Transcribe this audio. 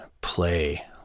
play